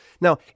Now